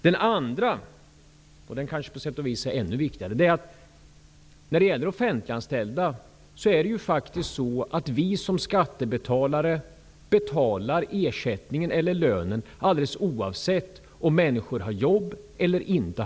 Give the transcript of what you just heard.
Den andra skillnaden, och den kanske på sätt och vis är ännu viktigare, är att vi som skattebetalare betalar ersättningen eller lönen för de offentliganställda oavsett om de har jobb eller inte.